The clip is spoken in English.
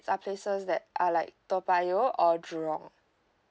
are places that are like toa payoh or jurong